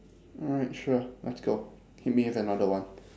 alright sure let's go give me have another one